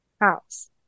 house